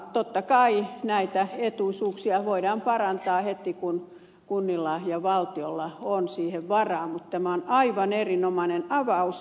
totta kai näitä etuisuuksia voidaan parantaa heti kun kunnilla ja valtiolla on siihen varaa mutta tämä on aivan erinomainen avaus